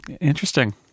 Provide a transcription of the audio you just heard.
Interesting